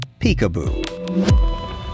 Peekaboo